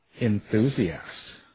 enthusiast